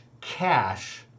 cash